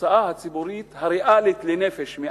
ההוצאה הציבורית הריאלית לנפש בישראל,